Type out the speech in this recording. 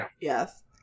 Yes